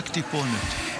רק טיפונת.